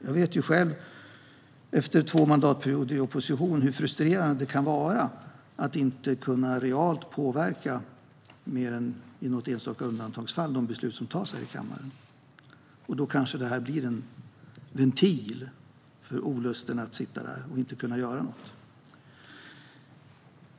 Jag vet själv efter två mandatperioder i opposition hur frustrerande det kan vara att inte realt kunna påverka de beslut som fattas här i kammaren mer än i något enstaka undantagsfall. Då kanske det här blir en ventil för olusten att behöva sitta här och inte kunna göra något.